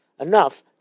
enough